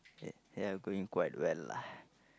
ya I'm going quite well lah